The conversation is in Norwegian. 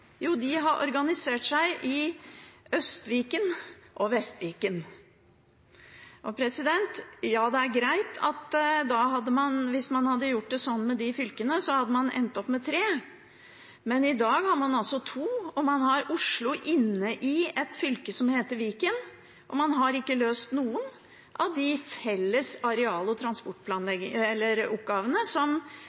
Jo, de har organisert seg i Øst-Viken og Vest-Viken. Det er greit at hvis man hadde gjort det sånn med de fylkene, hadde man endt opp med tre. Men i dag har man altså to, man har Oslo inne i et fylke som heter Viken, og man har ikke løst noen av de felles areal- og transportoppgavene som